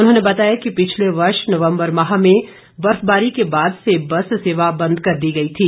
उन्होंने बताया कि पिछले वर्ष नवम्बर माह में बर्फबारी के बाद से बस सेवा बंद कर दी गई थी